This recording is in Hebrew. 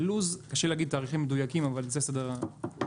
קשה לי לומר תאריכים מדויקים אבל זה סדר הזמנים.